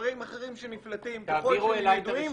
דברים אחרים שנפלטים, ככל שהם ידועים.